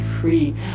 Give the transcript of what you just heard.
free